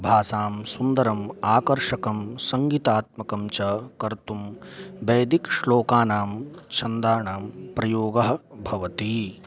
भाषां सुन्दरम् आकर्षकं सङ्गितात्मकं च कर्तुं वैदिकश्लोकानां छन्दानां प्रयोगः भवति